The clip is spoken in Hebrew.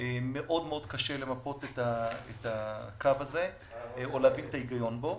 מאוד קשה למפות את הקו הזה או להבין את ההיגיון בו.